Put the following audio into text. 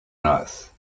nice